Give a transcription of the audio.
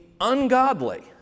ungodly